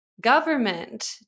government